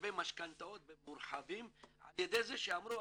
לגבי משכנתאות במורחבים על ידי זה שאמרו,